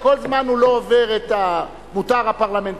כל זמן הוא לא עובר את המותר הפרלמנטרי,